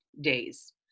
days